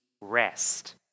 rest